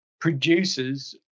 produces